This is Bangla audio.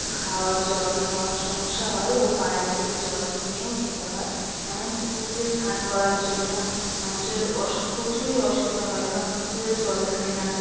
খাওয়ার জল খাওয়ার সমস্যা হয় ও বাইরে থেকে জল কিনেও খেতে হয় এমনকি পুকুরে স্নান করার জন্য মানুষের প্রচুরই অসুবিধা হয় কারণ পুকুরে জল থাকে না